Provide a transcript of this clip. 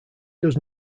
does